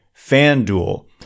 FanDuel